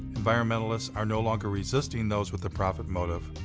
environmentalists are no longer resisting those with a profit motive,